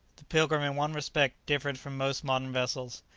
the pilgrim in one respect differed from most modern vessels.